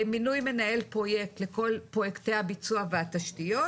מינוי מנהל פרויקט לכל פרויקטי הביצוע והתשתיות,